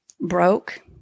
broke